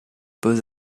beaux